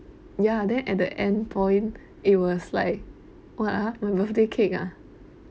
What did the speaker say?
ya then at the end point it was like what ah my birthday cake ah